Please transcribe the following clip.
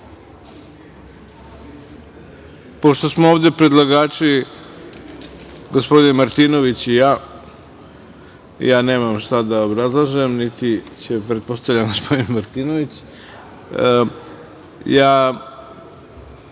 decu. Pošto smo ovde predlagači gospodin Martinović i ja, ja nemam šta da obrazlažem, niti će, pretpostavljam, gospodin Martinović, pitam